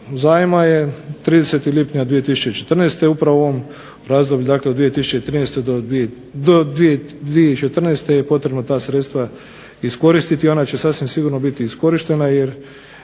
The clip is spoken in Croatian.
zajma je 30. lipnja 2014. upravo u ovom razdoblju od 2014. je potrebno ta sredstva iskoristiti i ona će sasvim sigurno biti iskorištena jer